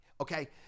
okay